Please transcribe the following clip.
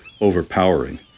overpowering